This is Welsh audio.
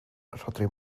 rhodri